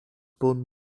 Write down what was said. born